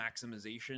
maximization